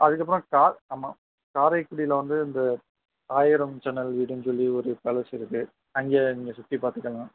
அதுக்கப்புறம் கா ஆமாம் காரைக்குடியில் வந்து இந்த ஆயிரம் ஜன்னல் வீடுனு சொல்லி ஒரு பேலஸ் இருக்குது அங்கே நீங்கள் சுற்றி பார்த்துக்கலாம்